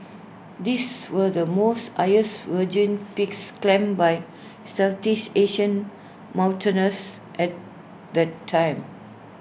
these were the most highest virgin peaks climbed by Southeast Asian mountaineers at the time